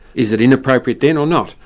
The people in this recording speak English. is it inappropriate then, or not?